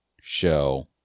show